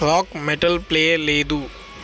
rock metal play లేదు